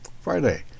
Friday